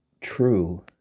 true